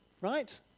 Right